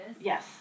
Yes